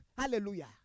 Hallelujah